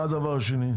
מה הדבר השני?